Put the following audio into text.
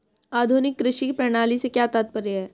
आधुनिक कृषि प्रणाली से क्या तात्पर्य है?